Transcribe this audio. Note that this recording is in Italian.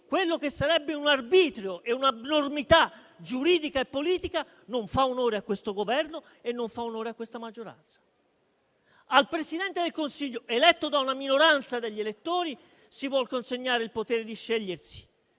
quello che sarebbe un arbitrio e un'abnormità giuridica e politica non fa onore a questo Governo e a questa maggioranza. Al Presidente del Consiglio, eletto da una minoranza dagli elettori, si vuol consegnare il potere di scegliersi